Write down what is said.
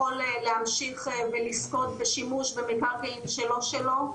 להמשיך ולזכות בשימוש במקרקעין שלא שלו.